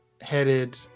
headed